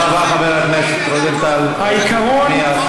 תודה רבה, חברי הכנסת רוזנטל ונחמיאס.